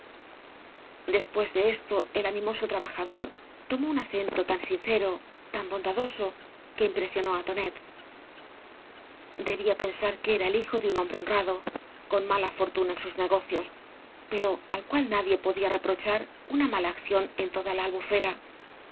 después de esto el animoso trabajador tomó un acento tan sincero tan bondadoso que impresionó á tonet ddbia pensar que era el hijo de un hombre honrado con mala fortuna en sus negocios pero al cual nadie podía reprochar una mala acción en toda la albufera